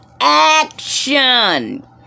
action